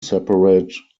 separate